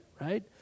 right